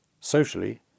Socially